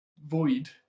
void